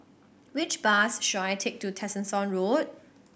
which bus should I take to Tessensohn Road